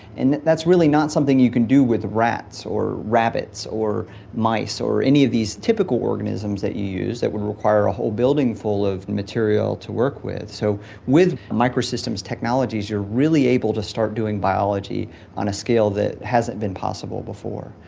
and that's really not something you can do with rats or rabbits or mice or any of these typical organisms that you use that would require a whole building full of material to work with. so with micro-systems technologies you're really able to start doing biology on a scale that hasn't been possible before.